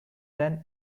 than